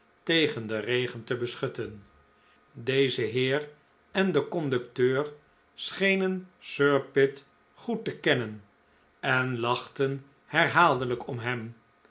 tegen den regen te beschutten deze heer en de conducteur schenen sir pitt goed te kennen en lachten herhaaldelijk om hem